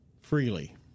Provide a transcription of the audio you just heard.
Freely